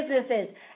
businesses